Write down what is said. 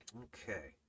okay